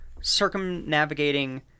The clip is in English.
circumnavigating